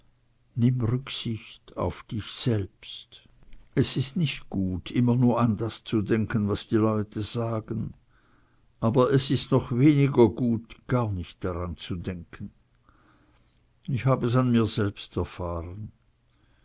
rücksicht auf dich selbst es ist nicht gut immer nur an das zu denken was die leute sagen aber es ist noch weniger gut gar nicht daran zu denken ich hab es an mir selbst erfahren